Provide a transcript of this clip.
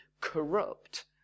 corrupt